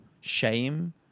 shame